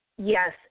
Yes